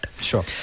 Sure